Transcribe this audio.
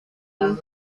nim